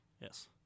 Yes